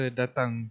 datang